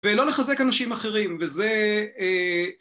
ולא לחזק אנשים אחרים, וזה...